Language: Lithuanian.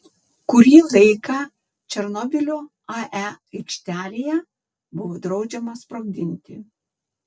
kurį laiką černobylio ae aikštelėje buvo draudžiama sprogdinti